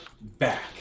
back